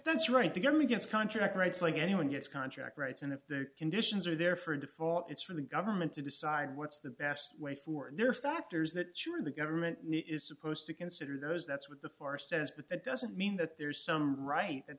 that's right the government gets contract rights like anyone gets contract rights and if their conditions are there for a default it's really government to decide what's the best way for there are factors that sure the government need is supposed to consider those that's what the far says but that doesn't mean that there's some right that